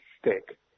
stick